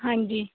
आं जी